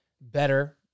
better